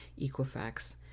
Equifax